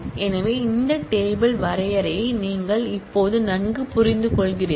எனவே இந்த டேபிள் வரையறையை நீங்கள் இப்போது நன்கு புரிந்துகொள்கிறீர்கள்